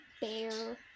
Bear